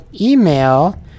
email